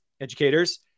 educators